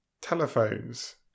telephones